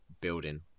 building